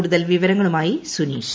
കൂടുതൽ വിവരങ്ങളുമായി സുനീഷ്